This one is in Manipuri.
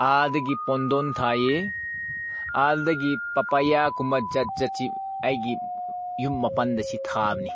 ꯑꯗꯒꯤ ꯄꯨꯡꯗꯣꯟ ꯊꯥꯏꯌꯦ ꯑꯗꯒꯤ ꯄꯄꯌꯥꯒꯨꯝꯕ ꯖꯥꯠ ꯖꯥꯠꯁꯤ ꯑꯩꯒꯤ ꯌꯨꯝ ꯃꯄꯥꯟꯗ ꯑꯁꯤ ꯊꯥꯕꯅꯤ